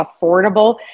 affordable